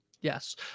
Yes